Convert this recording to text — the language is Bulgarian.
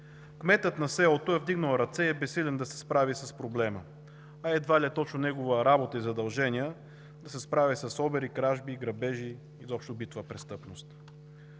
Кметът на селото е вдигнал ръце и е безсилен да се справи с проблема, а едва ли е точно негова работа и задължение да се справя с обири, кражби и грабежи, изобщо с битова престъпност.